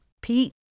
Pete